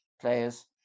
players